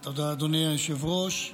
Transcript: תודה, אדוני היושב-ראש.